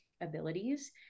abilities